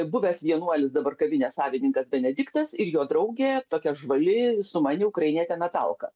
buvęs vienuolis dabar kavinės savininkas benediktas ir jo draugė tokia žvali sumani ukrainietė natalka